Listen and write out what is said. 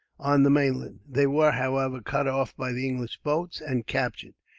on the mainland. they were, however, cut off by the english boats, and captured.